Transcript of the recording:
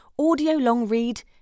audiolongread